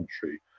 country